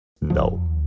no